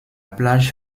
plage